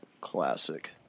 Classic